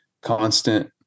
constant